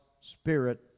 spirit